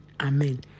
Amen